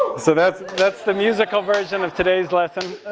so that's, that's the musical version of today's lesson.